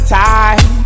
time